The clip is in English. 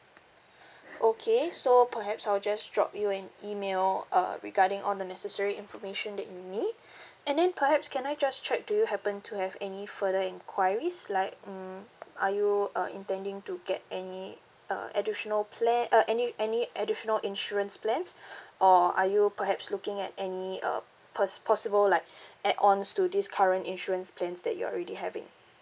okay so perhaps I'll just drop you an email uh regarding all the necessary information that you need and then perhaps can I just check do you happen to have any further enquiries like mm are you uh intending to get any uh additional pla~ uh any any additional insurance plans or are you perhaps looking at any uh pus~ possible like add ons to this current insurance plans that you're already having